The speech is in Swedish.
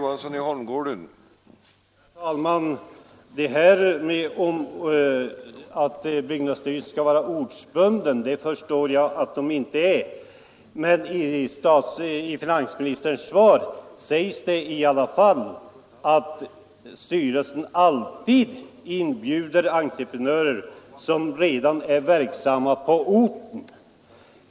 Herr talman! Att byggnadsstyrelsen inte är ortsbunden förstår jag. Torsdagen den Men i finansministerns svar sägs det i alla fall att styrelsen alltid inbjuder 12 april 1973 entreprenörer som redan är verksamma på orten.